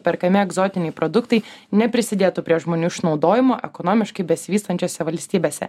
perkami egzotiniai produktai neprisidėtų prie žmonių išnaudojimo ekonomiškai besivystančiose valstybėse